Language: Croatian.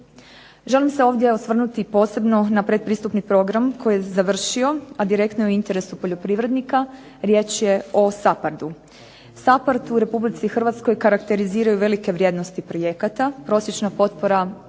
Želim se ovdje osvrnuti posebno na predpristupni program koji je završio, a direktno je u interesu poljoprivrednika. Riječ je o SAPARD-u. SAPARD u RH karakteriziraju velike vrijednosti projekata. Prosječna potpora negdje